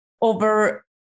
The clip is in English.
over